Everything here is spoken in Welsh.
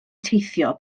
teithio